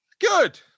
Good